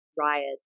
riots